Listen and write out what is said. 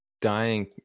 dying